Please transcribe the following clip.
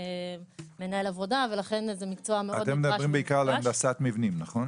מנהל עבודה ולכן זה מקצוע מאוד נדרש ומבוקש.